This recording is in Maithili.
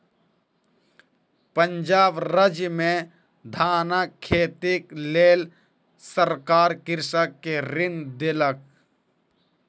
पंजाब राज्य में धानक खेतीक लेल सरकार कृषक के ऋण देलक